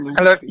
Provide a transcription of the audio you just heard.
Hello